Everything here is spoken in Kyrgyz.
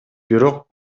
бирок